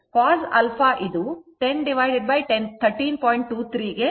23 ಗೆ ಸಮನಾಗಿದ್ದರೆ α 40